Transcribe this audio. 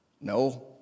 No